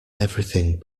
everything